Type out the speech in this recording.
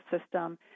system